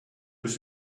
was